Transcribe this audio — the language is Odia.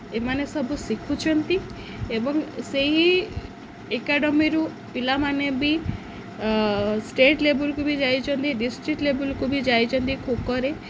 ଏମାନେ ସବୁ ଶିଖୁଛନ୍ତି ଏବଂ ସେହି ଏକାଡ଼େମିରୁ ପିଲାମାନେ ବି ଷ୍ଟେଟ୍ ଲେବୁଲ୍କୁ ବି ଯାଇଛନ୍ତି ଡିଷ୍ଟ୍ରିକ୍ଟ୍ ଲେବୁଲ୍କୁ ବି ଯାଇଛନ୍ତି ଖୋଖୋରେ